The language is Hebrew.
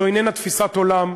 זו איננה תפיסת עולם.